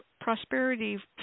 prosperity